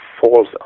falls